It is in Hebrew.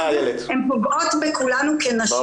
הן פוגעות בכולנו כנשים.